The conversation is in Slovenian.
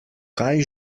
kaj